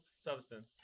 substance